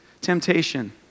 temptation